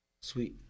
Sweet